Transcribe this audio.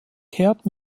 kehrt